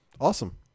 awesome